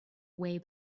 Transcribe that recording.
way